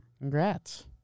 Congrats